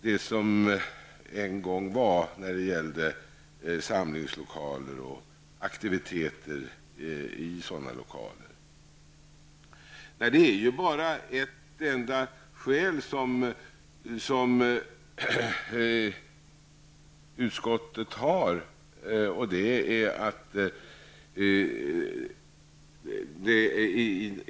Det är bara ett enda skäl som utskottet har, och det är ekonomin.